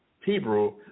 Hebrew